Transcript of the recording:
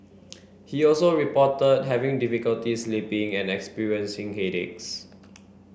he also reported having difficulty sleeping and experiencing headaches